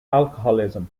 alcoholism